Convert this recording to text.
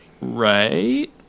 right